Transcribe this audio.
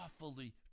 awfully